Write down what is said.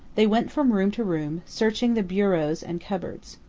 they went from room to room, searching the bureaux and cupboards.